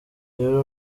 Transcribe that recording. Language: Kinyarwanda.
rero